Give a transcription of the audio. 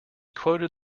quoted